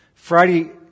Friday